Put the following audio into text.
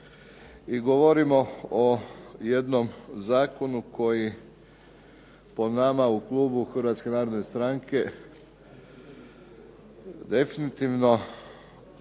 i govorimo o jednom zakonu koji po nama u klubu Hrvatske narodne stranke, definitivno